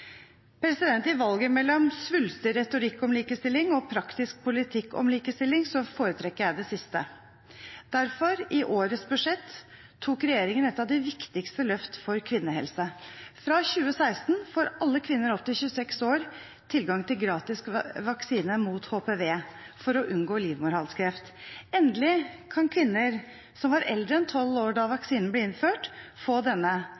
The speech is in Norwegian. I valget mellom svulstig retorikk om likestilling og praktisk politikk om likestilling foretrekker jeg det siste. Derfor tok regjeringen i årets budsjett et av de viktigste løft for kvinnehelse. Fra 2016 får alle kvinner opp til 26 år tilgang til gratis vaksine mot HPV for å unngå livmorhalskreft. Endelig kan kvinner som var eldre enn tolv år da vaksinen ble innført, få denne,